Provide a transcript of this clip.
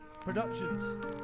Productions